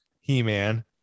He-Man